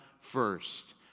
first